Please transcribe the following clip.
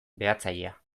behatzailea